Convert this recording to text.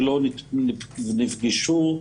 שלא נפגשו,